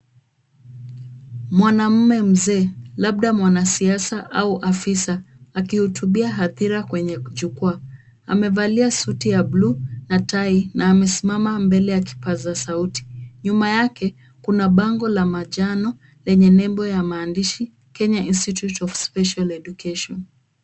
Mwanaume mzee labda mwanasiasa au afisa akihutubia hadhira kwenye jukwaa. Amevalia suti ya buluu na tai na amesimama mbele ya kipaza sauti. Nyuma yake kuna bango la manjano lenye nembo na maandishi Kenya Institute of Special Education .